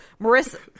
Marissa